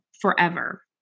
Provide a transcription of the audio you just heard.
forever